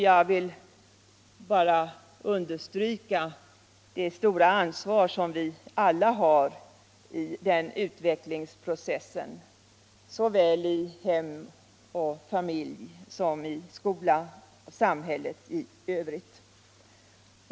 Jag vill understryka det stora ansvar som vi alla har i denna utvecklingsprocess, såväl i hemmet och familjen som i skolan och i samhället för övrigt.